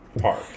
Park